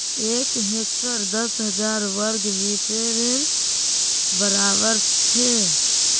एक हेक्टर दस हजार वर्ग मिटरेर बड़ाबर छे